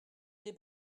des